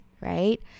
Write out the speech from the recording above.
right